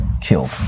killed